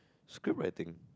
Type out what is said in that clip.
script writing